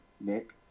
nick